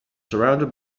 surrounded